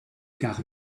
car